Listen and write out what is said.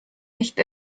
nicht